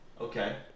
Okay